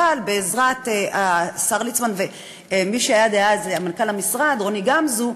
אבל בעזרת השר ליצמן ומי שהיה אז מנכ"ל המשרד רוני גמזו,